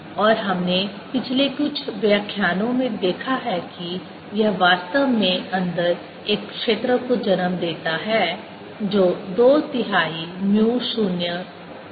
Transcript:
और हमने पिछले कुछ व्याख्यानों में देखा है कि यह वास्तव में अंदर एक क्षेत्र को जन्म देता है जो दो तिहाई म्यू 0 m है